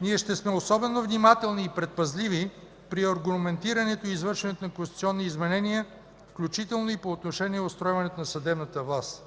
Ние ще сме особено внимателни и предпазливи при аргументирането и извършването на конституционни изменения, включително и по отношение устройването на съдебната власт.